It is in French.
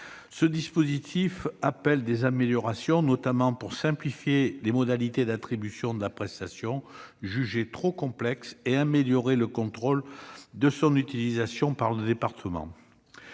Ce dispositif appelle des améliorations. Il s'agit notamment de simplifier les modalités d'attribution de la prestation, jugées trop complexes, et d'améliorer le contrôle de son utilisation par les départements.